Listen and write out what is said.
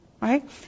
Right